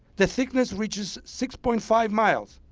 the thickness reaches six point five miles,